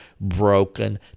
broken